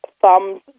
thumbs